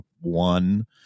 one